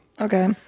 Okay